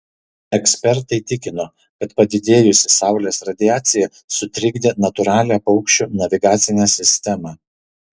ekspertai tikino kad padidėjusi saulės radiacija sutrikdė natūralią paukščių navigacinę sistemą